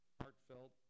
heartfelt